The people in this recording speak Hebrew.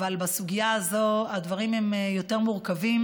אבל בסוגיה הזאת הדברים הם יותר מורכבים.